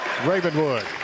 Ravenwood